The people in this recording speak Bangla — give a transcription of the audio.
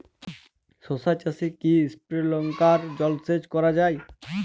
শশা চাষে কি স্প্রিঙ্কলার জলসেচ করা যায়?